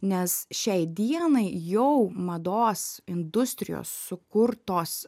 nes šiai dienai jau mados industrijos sukurtos